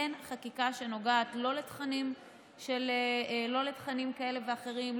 אין חקיקה שנוגעת לא לתכנים כאלה ואחרים,